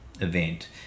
event